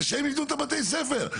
שהם יבנו את בתי הספר,